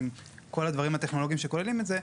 עם כל הדברים הטכנולוגיים שנכללים בזה,